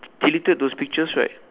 deleted those pictures right